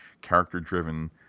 character-driven